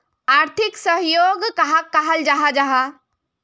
आर्थिक सहयोग कहाक कहाल जाहा जाहा?